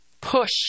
push